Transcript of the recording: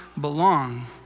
belong